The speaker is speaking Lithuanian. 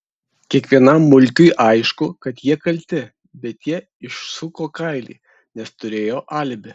kiekvienam mulkiui aišku kad jie kalti bet jie išsuko kailį nes turėjo alibi